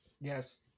yes